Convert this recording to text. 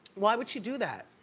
why would she do that?